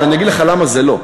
אבל אני אגיד לך למה זה לא.